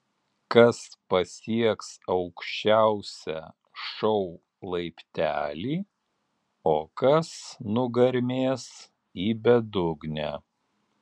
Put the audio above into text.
kas pasieks aukščiausią šou laiptelį o kas nugarmės į bedugnę